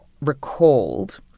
recalled